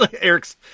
Eric's